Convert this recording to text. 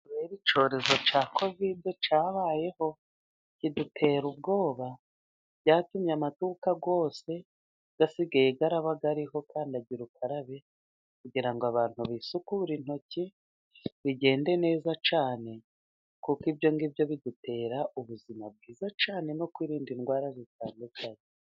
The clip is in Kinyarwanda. Icyorezo cya Kovide cyabayeho kidutera ubwoba, byatumye amaduka yose asigaye aba ariho kandagirukarabe kugirango ngo abantu bisukure intoki, bigende neza cyane, kuko ibyo ngibyo bidutera ubuzima bwiza cyane no kwirinda indwara zitandukanye.